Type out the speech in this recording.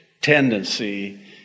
tendency